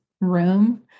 room